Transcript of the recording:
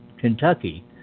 Kentucky